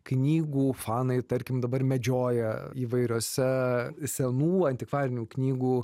knygų fanai tarkim dabar medžioja įvairiose senų antikvarinių knygų